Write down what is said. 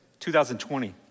2020